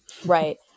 right